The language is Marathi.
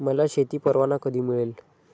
मला शेती परवाना कधी मिळेल?